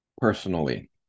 personally